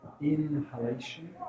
inhalation